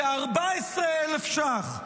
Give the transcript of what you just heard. ו-14,000 ש"ח,